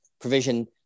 provision